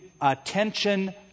attention